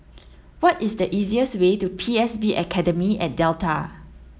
what is the easiest way to P S B Academy at Delta